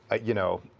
ah you know,